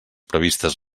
previstes